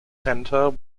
centre